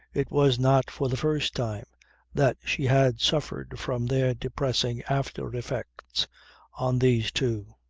it was not for the first time that she had suffered from their depressing after-effects on these two.